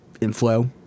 inflow